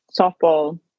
softball